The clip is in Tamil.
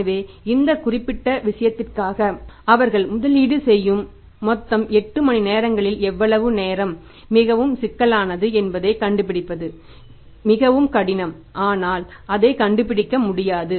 எனவே இந்த குறிப்பிட்ட விஷயத்திற்காக அவர்கள் முதலீடு செய்யும் மொத்தம் 8 மணிநேரங்களில் எவ்வளவு நேரம் மிகவும் சிக்கலானது என்பதைக் கண்டுபிடிப்பது மிகவும் கடினம் ஆனால் அதைக் கண்டுபிடிக்க முடியாது